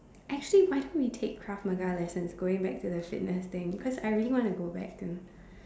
actually why don't we take krav maga lessons going back to the fitness thing cause I really want to go back to